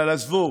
אבל עזבו,